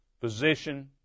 position